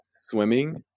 swimming